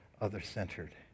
other-centered